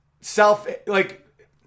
self-like